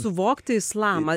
suvokti islamą